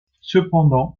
cependant